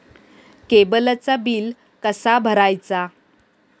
केबलचा बिल कसा भरायचा?